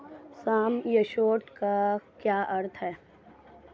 सम assured का क्या अर्थ है?